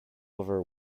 over